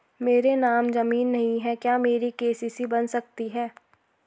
मेरे नाम ज़मीन नहीं है क्या मेरी के.सी.सी बन सकती है?